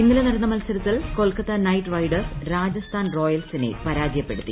ഇന്നലെ നടന്ന മത്സരത്തിൽ കൊൽക്കത്ത നൈറ്റ് റൈഡേഴ്സ് രാജസ്ഥാൻ റോയൽസിനെ പരാജയപ്പെടുത്തി